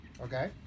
Okay